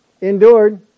endured